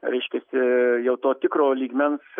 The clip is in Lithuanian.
reiškiasi jau to tikro lygmens